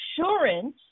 assurance